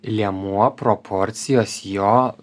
liemuo proporcijos jo